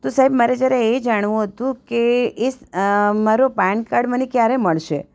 તો સાહેબ મારે જરા એ જાણવું હતું કે એ મારો પાનકાડ મને ક્યારે મળશે